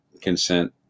consent